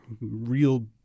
real